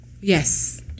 Yes